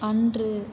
அன்று